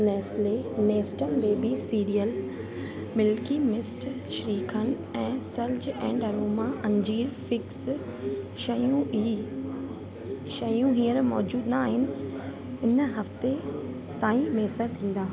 Nestle Nestum baby cereal milky mist shrikhand ऐं सल्ज and aroma अंजीर फिग्स शयूं ई शयूं हींअर मौजूद न आहिनि इहे हिन हफ़्ते ताईं मैसर थींदा